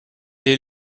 est